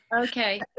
okay